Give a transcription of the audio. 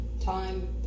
Time